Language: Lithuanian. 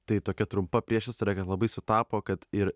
tai tokia trumpa priešistorė labai sutapo kad ir